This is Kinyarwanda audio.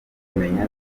ukumenya